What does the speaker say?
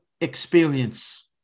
experience